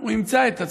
הוא ימצא את עצמו.